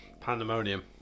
Pandemonium